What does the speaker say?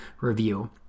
review